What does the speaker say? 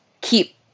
keep